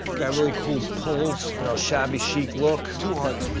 got really cool pulls, you know, a shabby chic look. two hundred.